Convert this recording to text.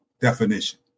definition